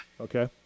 Okay